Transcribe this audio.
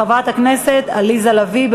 חברת הכנסת עליזה לביא.